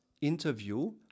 interview